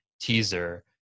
teaser